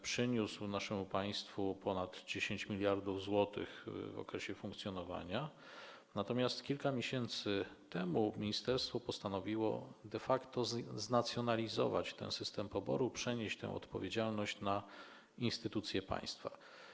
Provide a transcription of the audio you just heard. Przyniósł naszemu państwu ponad 10 mld zł w okresie funkcjonowania, natomiast kilka miesięcy temu ministerstwo postanowiło de facto znacjonalizować system poboru, przenieść tę odpowiedzialność na instytucje państwa.